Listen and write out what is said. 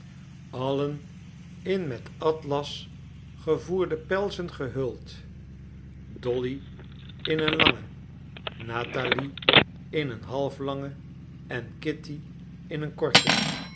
allen in met atlas gevoerde pelzen gehuld dolly in een langen natalie in een halflange en kitty in een korten